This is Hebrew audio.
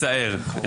מצער.